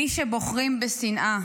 מי שבוחרים בשנאה